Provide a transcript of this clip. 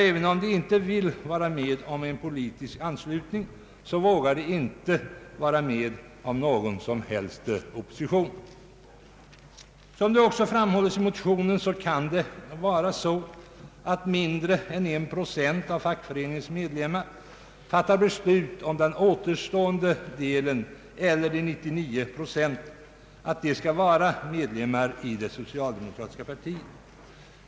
även om de inte vill vara med om en politisk anslutning vågar de inte delta i någon som helst opposition. Såsom också framhålles i motionerna I: 329 och II: 365 kan det vara så att mindre än en procent av fackföreningens medlemmar fattar beslut om att den återstående delen, eller 99 procent, skall vara medlemmar i det socialdemokratiska partiet.